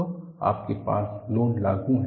तो आपके पास लोड लागू है